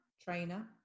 trainer